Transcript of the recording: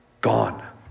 gone